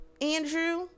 Andrew